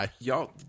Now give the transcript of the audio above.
y'all